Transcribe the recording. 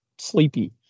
Sleepy